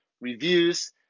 reviews